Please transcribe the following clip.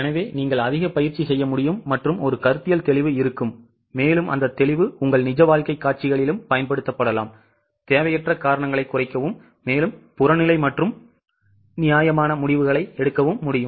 எனவே நீங்கள் அதிக பயிற்சி செய்ய முடியும் மற்றும் ஒரு கருத்தியல் தெளிவு இருக்கும் மேலும் அந்த தெளிவு உங்கள் நிஜ வாழ்க்கை காட்சிகளிலும் பயன்படுத்தப்படலாம் தேவையற்ற காரணங்களை குறைக்கவும் மேலும் புறநிலை மற்றும் நியாயமான முடிவுகளை எடுக்கவும் முடியும்